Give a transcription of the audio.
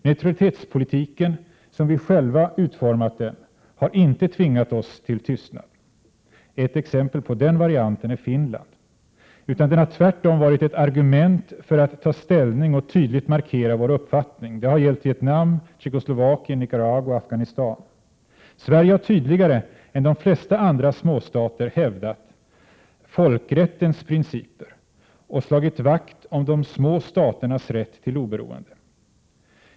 Neutralitetspolitiken, som vi själva utformat den, har inte tvingat oss till tystnad — ett exempel på den varianten är Finland —, utan den har tvärtom varit ett argument för att ta ställning och tydligt markera vår uppfattning. Det har gällt Vietnam, Tjeckoslovakien, Nicaragua och Afghanistan. Sverige har tydligare än de flesta andra småstater hävdat folkrättens principer och slagit vakt om de små staternas rätt till oberoende.